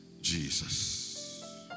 Jesus